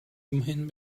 immerhin